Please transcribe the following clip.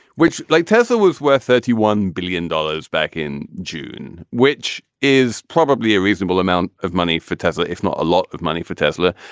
which like tesla, was worth thirty one billion dollars back in june, which is probably a reasonable amount of money for tesla, if not a lot of money for tesla.